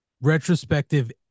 retrospective